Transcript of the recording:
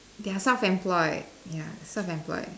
you're self employed ya self employed